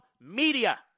media